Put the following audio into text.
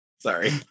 Sorry